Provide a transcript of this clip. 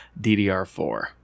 DDR4